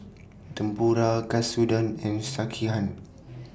Tempura Katsudon and Sekihan